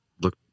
look